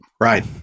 Right